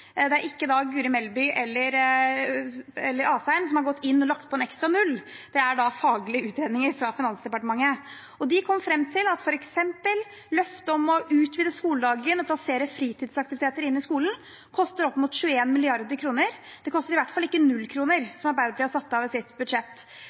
Det er ikke Guri Melby eller Asheim som har gått inn og lagt på en ekstra null, det er faglige utredninger fra Finansdepartementet. De kom fram til at f.eks. løftet om å utvide skoledagen og plassere fritidsaktiviteter inn i skolen koster opp mot 21 mrd. kr. Det koster i hvert fall ikke